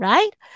Right